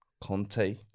Conte